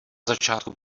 začátku